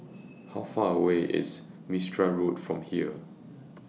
How Far away IS Mistri Road from here